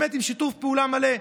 באמת עם שיתוף פעולה מלא,